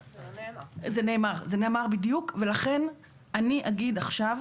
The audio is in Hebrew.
זה נאמר בדיוק ולכן אני אגיד עכשיו,